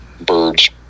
birds